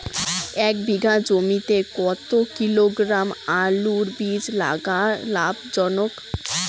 এক বিঘা জমিতে কতো কিলোগ্রাম আলুর বীজ লাগা লাভজনক?